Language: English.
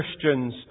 Christians